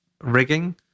rigging